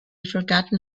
forgotten